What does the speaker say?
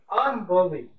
Unbelievable